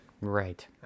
Right